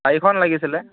চাৰিখন লাগিছিলে